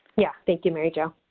yeah. thank you, mary jo.